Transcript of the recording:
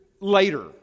later